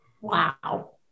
Wow